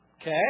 Okay